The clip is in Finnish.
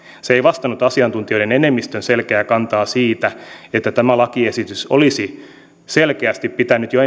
se ei vastannut asiantuntijoiden enemmistön selkeää kantaa siitä että tämä lakiesitys olisi selkeästi pitänyt jo